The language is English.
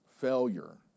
failure